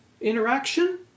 interaction